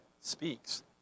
speaks